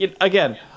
Again